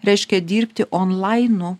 reiškia dirbti onlainu